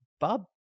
Bob